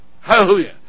Hallelujah